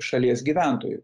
šalies gyventojų